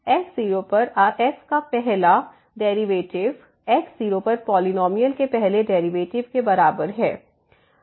x0पर f का पहला derivative x0पर पॉलिनॉमियल के पहले डेरिवेटिव के बराबर है